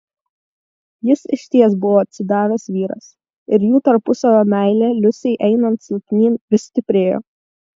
jis išties buvo atsidavęs vyras ir jų tarpusavio meilė liusei einant silpnyn vis stiprėjo